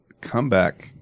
Comeback